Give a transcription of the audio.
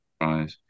right